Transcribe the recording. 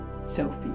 Sophie